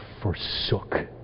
forsook